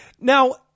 Now